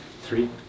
three